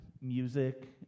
music